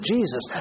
Jesus